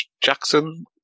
Jackson